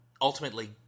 ultimately